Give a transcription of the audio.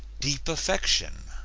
deep affection,